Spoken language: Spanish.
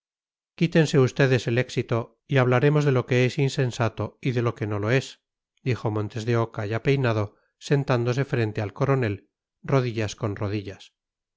inoportunidad quítense ustedes el éxito y hablaremos de lo que es insensato y de lo que no lo es dijo montes de oca ya peinado sentándose frente al coronel rodillas con rodillas